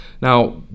Now